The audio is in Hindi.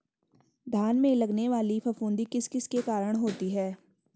धान में लगने वाली फफूंदी किस किस के कारण होती है?